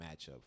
matchup